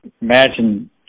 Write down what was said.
Imagine